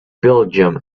belgium